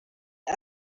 ati